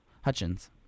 Hutchins